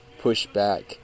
pushback